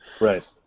Right